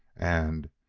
and,